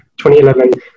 2011